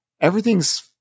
everything's